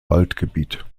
waldgebiet